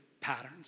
patterns